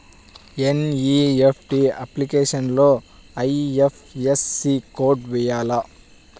NEFT అప్లికేషన్లో IFSC code వేయాలా?